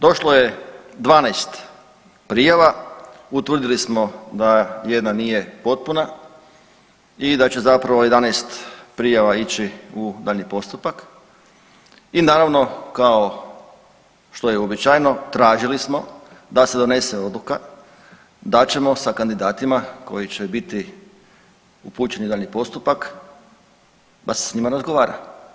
Došlo je 12 prijava, utvrdili smo da jedna nije potpuna i da će zapravo 11 prijava ići u daljnji postupak i naravno kao što je uobičajeno tražili smo da se donese odluka da ćemo sa kandidatima koji će biti upućeni u daljnji postupak da se s njima razgovara.